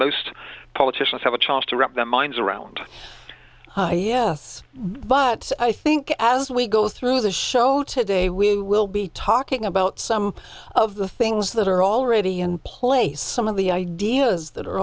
most politicians have a chance to wrap their minds around yes but i think as we go through the show today we will be talking about some of the things that are already in place some of the ideas that are